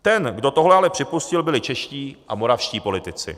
Ten, kdo tohle ale připustil, byli čeští a moravští politici.